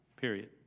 period